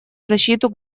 защиту